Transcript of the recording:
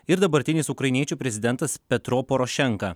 ir dabartinis ukrainiečių prezidentas petro porošenka